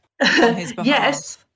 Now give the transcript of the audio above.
Yes